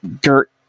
dirt